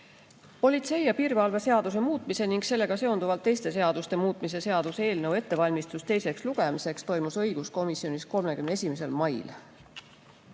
Politsei ja piirivalve seaduse muutmise ning sellega seonduvalt teiste seaduste muutmise seaduse eelnõu ettevalmistus teiseks lugemiseks toimus õiguskomisjonis 31. mail.